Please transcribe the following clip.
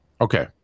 Okay